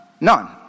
None